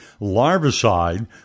larvicide